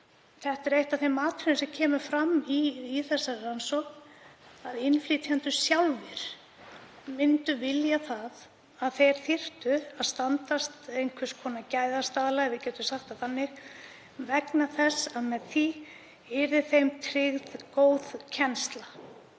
að það er eitt af þeim atriðum sem koma fram í þessari rannsókn, að innflytjendur sjálfir myndu vilja að þeir þyrftu að standast einhvers konar gæðakröfur, ef við getum sagt það þannig, vegna þess að með því yrði þeim tryggð góð kennsla.